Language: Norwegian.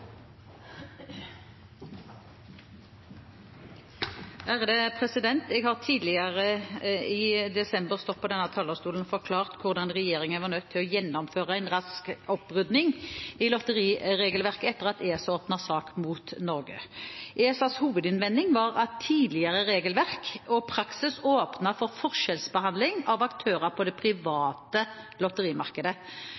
refererte til. Jeg har tidligere i desember stått på denne talerstolen og forklart hvordan regjeringen var nødt til å gjennomføre en rask opprydning i lotteriregelverket etter at ESA åpnet sak mot Norge. ESAs hovedinnvending var at tidligere regelverk og praksis åpnet opp for forskjellsbehandling av aktører på det private lotterimarkedet.